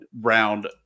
round